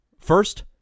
First